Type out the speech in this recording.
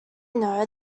know